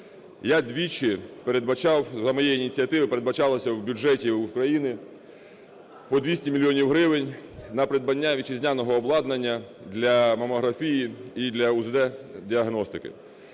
Я двічі передбачав, за моєї ініціативи передбачалося в бюджеті України по 200 мільйонів гривень на придбання вітчизняного обладнання для мамографії і для УЗД-діагностики.